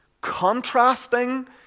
Contrasting